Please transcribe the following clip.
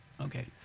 Okay